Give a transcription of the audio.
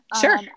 Sure